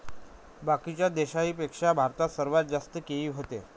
बाकीच्या देशाइंपेक्षा भारतात सर्वात जास्त केळी व्हते